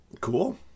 Cool